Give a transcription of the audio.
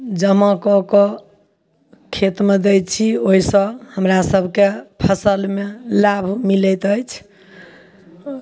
जमाकऽ कऽ खेतमे दै छी ओयसँ हमरा सबके फसलमे लाभ मिलति अछि